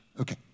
okay